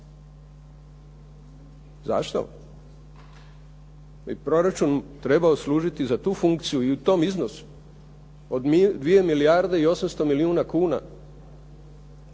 Zašto? Jer bi proračun služio za tu funkciju i u tom iznosu od 2 milijarde i 800 milijuna kuna,